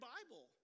Bible